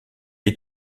est